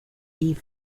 eve